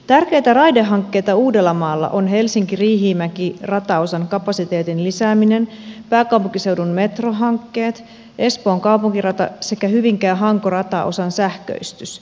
tärkeitä raidehankkeita uudellamaalla on helsinkiriihimäki rataosan kapasiteetin lisääminen pääkaupunkiseudun metrohankkeet espoon kaupunkirata sekä hyvinkäähanko rataosan sähköistys